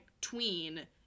tween